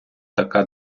така